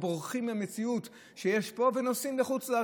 או שהם בורחים מהמציאות שיש פה ונוסעים לחוץ לארץ,